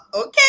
okay